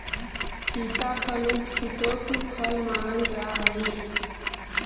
सीताफल उपशीतोष्ण फल मानल जा हाई